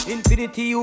Infinity